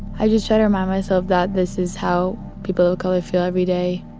i just try to remind myself that this is how people of color feel every day.